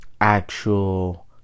actual